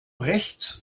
rechts